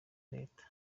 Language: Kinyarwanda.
leta